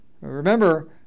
Remember